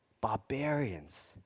barbarians